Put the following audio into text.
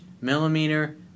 millimeter